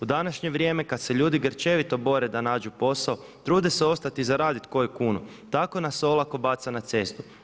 U današnje vrijeme kada se ljudi grčevito bore da nađu posao, trude se ostati i zaraditi koju kunu, tako nas se olako baca na cestu.